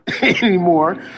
anymore